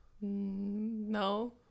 No